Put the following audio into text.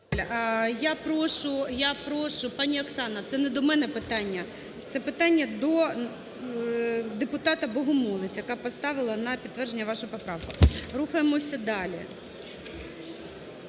Я прошу… Пані Оксана, це не до мене питання, це питання до депутата Богомолець, яка поставила на підтвердження вашу поправку. Рухаємося далі.